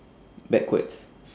backwards